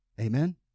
Amen